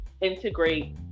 integrate